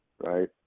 Right